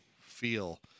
feel